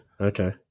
Okay